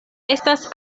estas